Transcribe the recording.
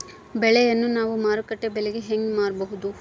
ಬೆಳೆಯನ್ನ ನಾವು ಮಾರುಕಟ್ಟೆ ಬೆಲೆಗೆ ಹೆಂಗೆ ಮಾರಬಹುದು?